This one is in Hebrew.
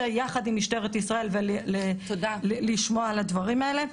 ביחד עם משטרת ישראל ולשמוע על הדברים האלה.